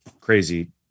crazy